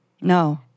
No